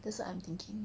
that's what I'm thinking